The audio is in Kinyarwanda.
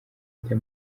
ajya